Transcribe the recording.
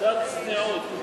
קצת צניעות,